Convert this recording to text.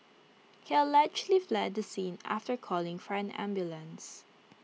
he allegedly fled the scene after calling for an ambulance